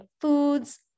foods